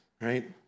right